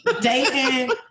Dating